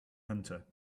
hunter